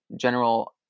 general